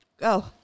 Go